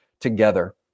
together